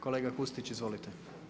Kolega Kustić, izvolite.